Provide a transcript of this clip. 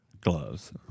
gloves